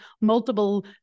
multiple